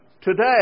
today